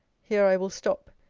here i will stop.